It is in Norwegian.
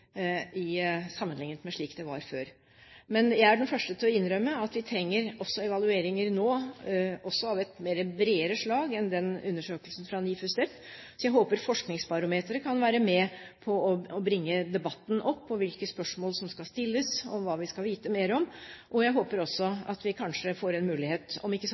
sammenlignet med slik det var før. Men jeg er den første til å innrømme at vi trenger evalueringer nå, også av et bredere slag enn undersøkelsen fra NIFU STEP. Jeg håper Forskningsbarometeret kan være med på å bringe debatten fram til hvilke spørsmål som skal stilles, og hva vi skal vite mer om. Jeg håper også at vi kanskje får en mulighet om ikke så